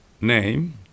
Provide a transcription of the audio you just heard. name